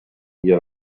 guia